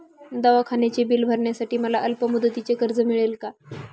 दवाखान्याचे बिल भरण्यासाठी मला अल्पमुदतीचे कर्ज मिळेल का?